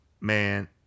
Man